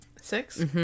six